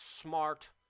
smart